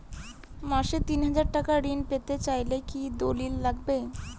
মাসে তিন হাজার টাকা ঋণ পেতে চাইলে কি দলিল লাগবে?